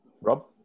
Rob